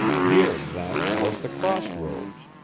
here, then, was the crossroads,